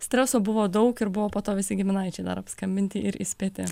streso buvo daug ir buvo po to visi giminaičiai dar apskambinti ir įspėti